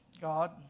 God